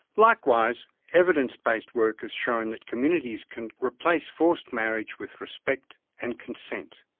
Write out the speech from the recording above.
likewise evidence-based work has shown that communities can replace forced marriage with respect and consent.